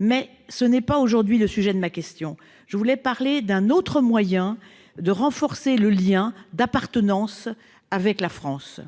Mais ce n'est pas aujourd'hui le sujet de ma question, qui porte sur un autre moyen de renforcer le lien d'appartenance avec la France.